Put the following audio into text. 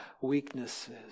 weaknesses